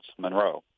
Monroe